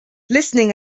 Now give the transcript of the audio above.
listening